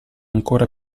ancora